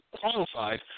qualified